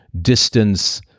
distance